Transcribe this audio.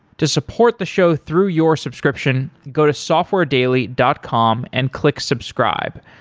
to support the show through your subscription, go to softwaredaily dot com and click subscribe.